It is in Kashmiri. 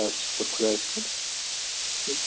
آ شُکُر خۄدایَس کُن